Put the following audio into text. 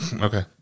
Okay